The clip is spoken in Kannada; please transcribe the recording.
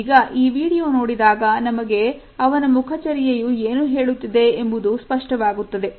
ಈಗ ಈ ವಿಡಿಯೋ ನೋಡಿದಾಗ ನಮಗೆ ಅವನ ಮುಖಚರ್ಯೆ ಯು ಏನು ಹೇಳುತ್ತಿದೆ ಎಂಬುದು ಸ್ಪಷ್ಟವಾಗುತ್ತದೆ